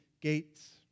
gates